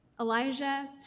Elijah